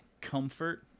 comfort